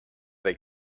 they